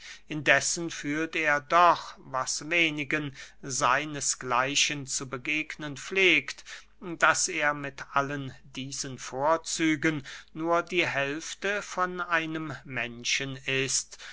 indessen fühlt er doch was wenigen seines gleichen zu begegnen pflegt daß er mit allen diesen vorzügen nur die hälfte von einem menschen ist